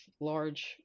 large